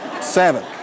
Seven